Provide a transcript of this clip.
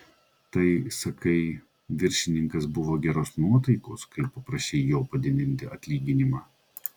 tai sakai viršininkas buvo geros nuotaikos kai paprašei jo padidinti atlyginimą